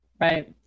Right